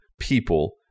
people